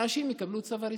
אנשים יקבלו צו הריסה.